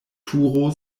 turo